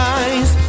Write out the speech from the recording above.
eyes